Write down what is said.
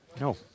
no